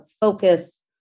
focus